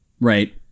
Right